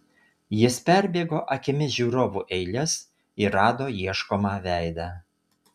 jis perbėgo akimis žiūrovų eiles ir rado ieškomą veidą